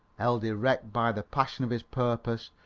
held erect by the passion of his purpose,